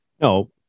No